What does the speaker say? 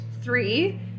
three